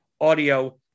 audio